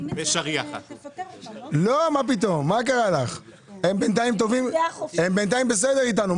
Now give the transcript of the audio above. מה קורה איתו בילד השני?